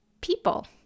people